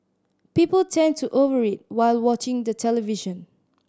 people tend to over eat while watching the television